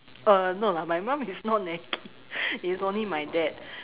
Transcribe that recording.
uh no lah my mom is not naggy it's only my dad